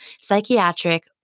psychiatric